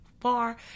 far